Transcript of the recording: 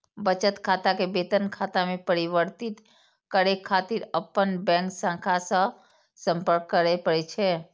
बचत खाता कें वेतन खाता मे परिवर्तित करै खातिर अपन बैंक शाखा सं संपर्क करय पड़ै छै